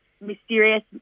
mysterious